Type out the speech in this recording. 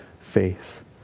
faith